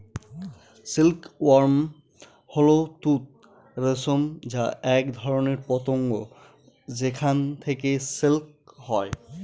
silk worm হল তুঁত রেশম যা এক ধরনের পতঙ্গ যেখান থেকে সিল্ক হয়